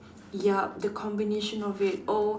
yup the combination of it oh